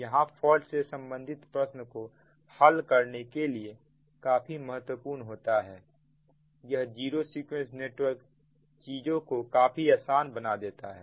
यह फॉल्ट से संबंधित प्रश्नों को हल करने के लिए काफी महत्वपूर्ण होता है यह जीरो सीक्वेंस नेटवर्क चीजों को काफी आसान बना देता है